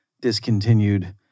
discontinued